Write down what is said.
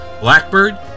Blackbird